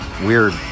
weird